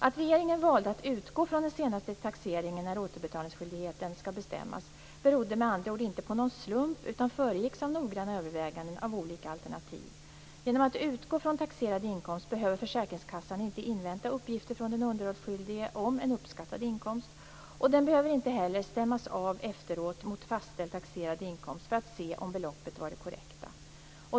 Att regeringen valde att utgå från den senaste taxeringen när återbetalningsskyldigheten skall bestämmas berodde med andra ord inte på någon slump utan föregicks av noggranna överväganden av olika alternativ. Genom att utgå ifrån taxerad inkomst behöver försäkringskassan inte invänta uppgifter från den underhållsskyldige om en uppskattad inkomst. Den behöver inte heller stämmas av efteråt mot fastställd taxerad inkomst för att se om beloppet var det korrekta.